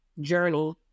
journey